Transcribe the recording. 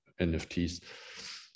NFTs